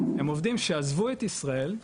הם עובדים שעזבו את ישראל,